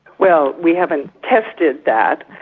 well we haven't tested that,